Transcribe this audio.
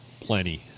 plenty